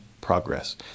progress